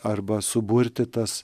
arba suburti tas